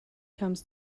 comes